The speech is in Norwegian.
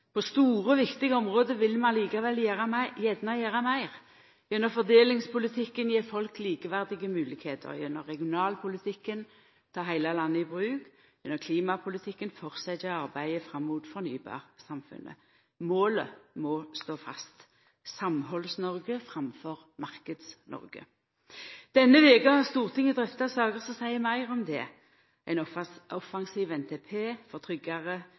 På store og viktige område vil vi likevel gjerne gjera meir: gjennom fordelingspolitikken gje folk likeverdig moglegheiter, gjennom regionalpolitikken ta heile landet i bruk, gjennom klimapolitikken forsetja å arbeida fram mot fornybarsamfunnet. Målet må stå fast: Samhalds-Noreg framfor Marknads-Noreg. Denne veka har Stortinget drøfta saker som seier meir om det: ein offensiv nasjonal transportplan for tryggare,